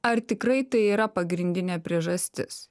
ar tikrai tai yra pagrindinė priežastis